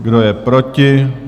Kdo je proti?